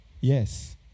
Yes